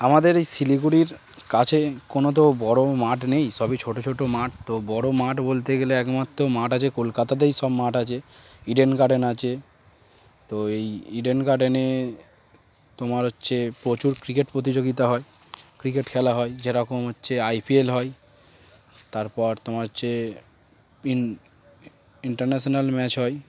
আমাদের এই শিলিগুড়ির কাছে কোনো তো বড়ো মাঠ নেই সবই ছোটো ছোটো মাঠ তো বড়ো মাঠ বলতে গেলে একমাত্র মাঠ আছে কলকাতাতেই সব মাঠ আছে ইডেন গার্ডেন আছে তো এই ইডেন গার্ডেনে তোমার হচ্ছে প্রচুর ক্রিকেট প্রতিযোগিতা হয় ক্রিকেট খেলা হয় যেরকম হচ্ছে আইপিএল হয় তারপর তোমার হচ্ছে ইন্টারন্যাশনাল ম্যাচ হয়